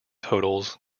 totals